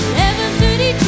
11.32